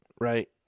right